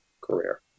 career